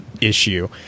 issue